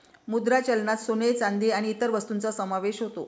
मुद्रा चलनात सोने, चांदी आणि इतर वस्तूंचा समावेश होतो